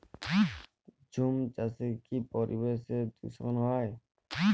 ঝুম চাষে কি পরিবেশ দূষন হয়?